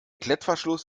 klettverschluss